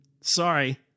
sorry